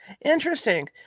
Interesting